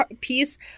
piece